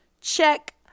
Check